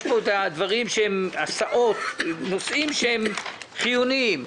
יש פה דברים כמו הסעות נושאים שהם חיוניים.